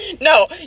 No